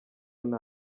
nta